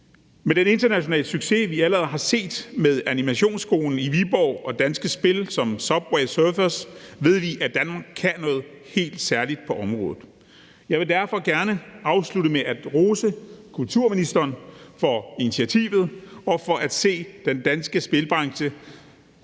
Med den internationale succes, vi allerede har set med animationskolen i Viborg og danske spil som »Subway Surfers«, ved vi, at Danmark kan noget helt særligt på området. Jeg vil derfor gerne afslutte med at rose kulturministeren for initiativet og for at se den danske spilbranche,